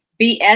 BS